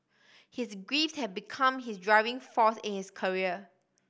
his grief had become his driving force in his career